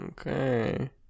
Okay